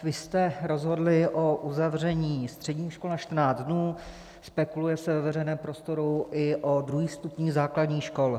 Vy jste rozhodli o uzavření středních škol na 14 dnů, spekuluje se ve veřejném prostoru i o druhých stupních základních škol.